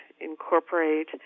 incorporate